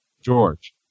george